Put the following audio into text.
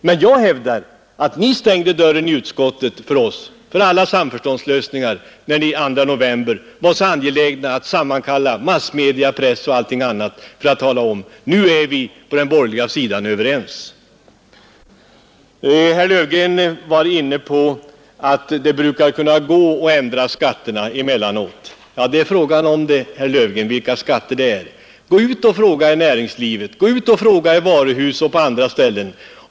Men jag hävdar att ni stängde dörren i utskottet för alla samförståndslösningar, när ni den 2 november var så angelägna att sammankalla massmedia, press osv. för att tala om att nu var ni överens på den borgerliga sidan. Herr Löfgren var inne på att det brukar kunna gå att ändra skatterna emellanåt. Ja, men frågan är vilka skatter det gäller, herr Löfgren. Gå ut och fråga i näringslivet, gå ut och fråga i varuhus och på andra ställen!